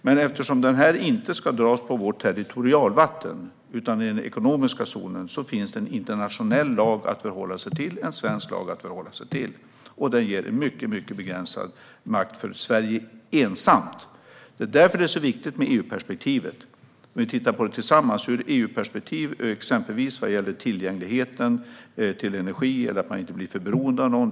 Men eftersom denna ledning inte ska dras genom vårt territorialvatten, utan i den ekonomiska zonen, finns det en internationell lag och en svensk lag att förhålla sig till. Detta ger mycket begränsad makt för Sverige ensamt. Därför är det viktigt med EU-perspektivet, exempelvis vad gäller tillgängligheten till energi eller att man inte blir för beroende av någon.